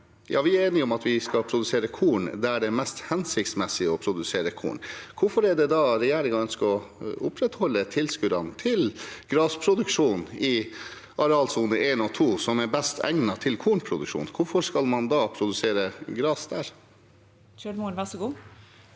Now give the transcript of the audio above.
Vi er enige om at vi skal produsere korn der det er mest hensiktsmessig å produsere korn. Hvorfor ønsker da regjeringen å opprettholde tilskuddene til grasproduksjon i arealsone 1 og 2, som er best egnet til kornproduksjon? Hvorfor skal man da produsere gras der? Per Vidar